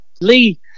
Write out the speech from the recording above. Lee